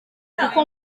kuko